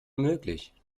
möglich